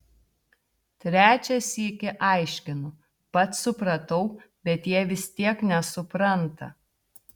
trečią sykį aiškinu pats supratau bet jie vis tiek nesupranta